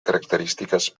característiques